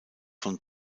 von